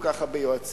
כל כך הרבה יועצים,